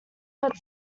but